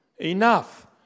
Enough